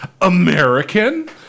American